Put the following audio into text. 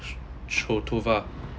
ch~ choutova